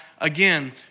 again